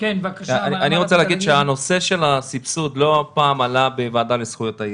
אני רוצה להגיד שנושא הסבסוד עלה לא פעם בוועדה לזכויות הילד,